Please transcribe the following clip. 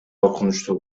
коркунучтуу